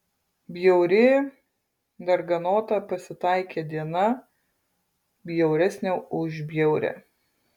bjauri darganota pasitaikė diena bjauresnė už bjaurią